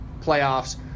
playoffs